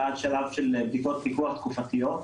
ועד השלב של בדיקות פיקוח תקופתיות.